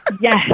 Yes